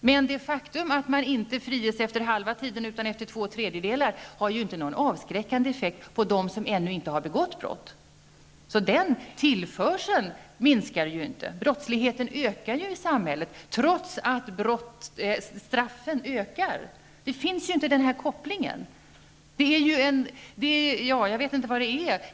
Det faktum att man inte friges efter halva tiden utan efter tvåtredjedelar har inte någon avskräckande effekt på dem som ännu inte har begått brott. Den ''tillförseln'' minskar inte, utan brottsligheten ökar i samhället trots att straffen ökar. Så den kopplingen finns inte.